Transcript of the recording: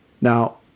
Now